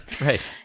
right